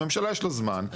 הממשלה יש לה זמן,